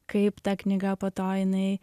kaip ta knyga po to jinai